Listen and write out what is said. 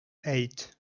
eight